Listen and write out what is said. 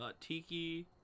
Tiki